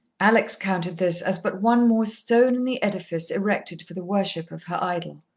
alex counted this as but one more stone in the edifice erected for the worship of her idol.